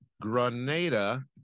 Grenada